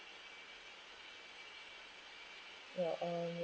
ya um